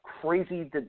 crazy